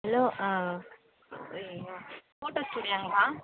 hello ஆ ஐ யோ ஃபோட்டோ ஸ்டூடியோங்களா